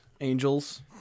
Angels